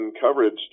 coverage